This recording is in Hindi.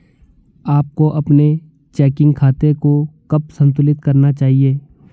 आपको अपने चेकिंग खाते को कब संतुलित करना चाहिए?